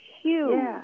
huge